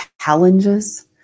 challenges